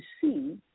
see